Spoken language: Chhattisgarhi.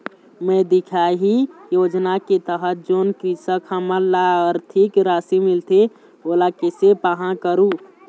मैं दिखाही योजना के तहत जोन कृषक हमन ला आरथिक राशि मिलथे ओला कैसे पाहां करूं?